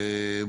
אוקיי.